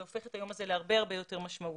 זה הופך את היום הזה להרבה יותר משמעותי.